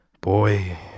Boy